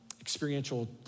experiential